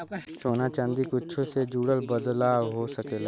सोना चादी कुच्छो से जुड़ल बदलाव हो सकेला